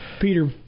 Peter